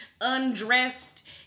undressed